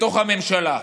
בתוך הממשלה.